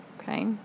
Okay